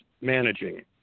managing